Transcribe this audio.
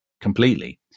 completely